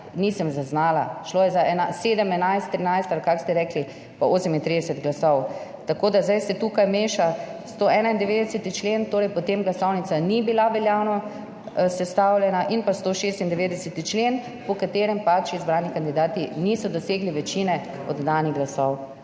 nisem zaznala. Šlo je za 7, 11, 13 – ali kako ste rekli – in 38 glasov. Tako da se zdaj tukaj meša 191. člen – po tem glasovnica ni bila veljavno sestavljena – in pa 196. člen, po katerem izbrani kandidati niso dosegli večine oddanih glasov.